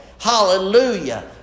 hallelujah